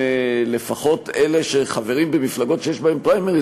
לפחות אלה שחברים במפלגות שיש בהן פריימריז,